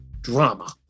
drama